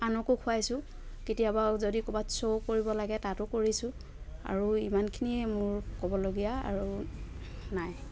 আনকো খুৱাইছোঁ কেতিয়াবা আৰু যদি ক'ৰবাত শ্ৱ' কৰিব লাগে তাতো কৰিছোঁ আৰু ইমানখিনিয়ে মোৰ ক'বলগীয়া আৰু নাই